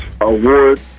award